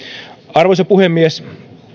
arvoisa puhemies